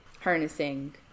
harnessing